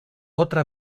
otra